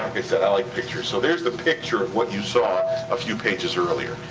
i said, i like pictures. so there's the picture of what you saw a few pages earlier.